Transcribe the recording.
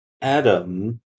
Adam